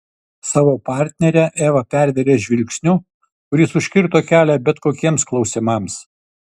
savo partnerę eva pervėrė žvilgsniu kuris užkirto kelią bet kokiems klausimams